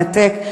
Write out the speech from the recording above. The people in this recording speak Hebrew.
מנתק.